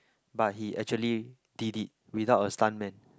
but he actually did it without a stunt man